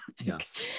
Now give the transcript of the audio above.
Yes